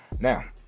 Now